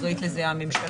אחראית לזה הממשלה.